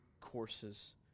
courses